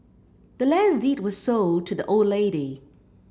the land's deed was sold to the old lady